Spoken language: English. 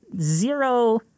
zero